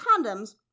condoms